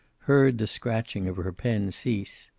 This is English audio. heard the scratching of her pen cease.